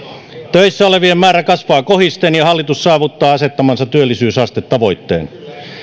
töissä olevien määrä kasvaa kohisten ja hallitus saavuttaa asettamansa työllisyysastetavoitteen